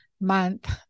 month